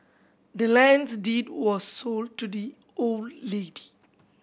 the land's deed was sold to the old lady